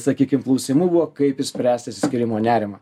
sakykim klausimų buvo kaip išspręst išsiskyrimo nerimą